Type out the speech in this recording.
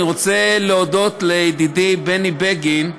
אני רוצה להודות לידידי בני בגין,